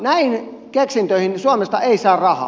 näihin keksintöihin suomesta ei saa rahaa